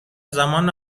زمان